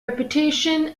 reputation